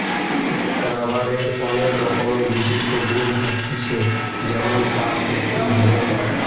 রাবারের অনেক রকমের বিশিষ্ট গুন থাকতিছে যেমন তার শক্তি, দৃঢ়তা